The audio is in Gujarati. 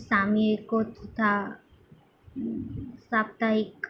સામયિકો તથા સાપ્તાહિક